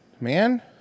man